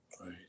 Right